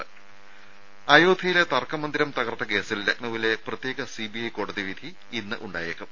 രുമ അയോധ്യയിലെ തർക്ക മന്ദിരം തകർത്ത കേസിൽ ലക്നൌവിലെ പ്രത്യേക സിബിഐ കോടതി വിധി ഇന്ന് ഉണ്ടായേക്കും